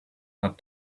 had